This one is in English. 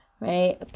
right